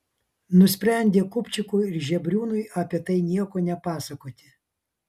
nusprendė kupčikui ir žebriūnui apie tai nieko nepasakoti